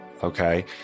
Okay